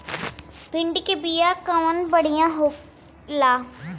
भिंडी के बिया कवन बढ़ियां होला?